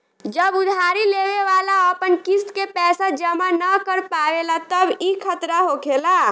जब उधारी लेवे वाला अपन किस्त के पैसा जमा न कर पावेला तब ई खतरा होखेला